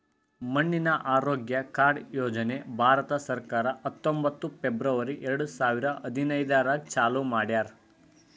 ಮಣ್ಣಿನ ಆರೋಗ್ಯ ಕಾರ್ಡ್ ಯೋಜನೆ ಭಾರತ ಸರ್ಕಾರ ಹತ್ತೊಂಬತ್ತು ಫೆಬ್ರವರಿ ಎರಡು ಸಾವಿರ ಹದಿನೈದರಾಗ್ ಚಾಲೂ ಮಾಡ್ಯಾರ್